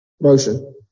Motion